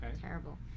terrible